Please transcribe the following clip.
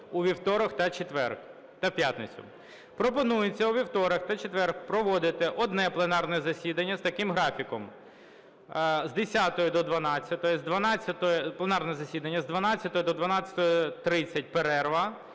у вівторок та четвер, та п'ятницю. Пропонується у вівторок та четвер проводити одне пленарне засідання з таким графіком: з 10:00 до 12:00 – пленарне засідання, з 12:00 до 12:30 –перерва